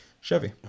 Chevy